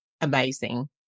amazing